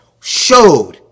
showed